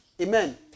Amen